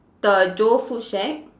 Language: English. the Joe food shack